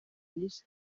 nyinshi